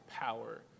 power